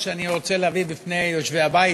אני רוצה להביא בפני יושבי הבית,